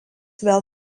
vėl